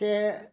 से